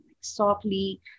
softly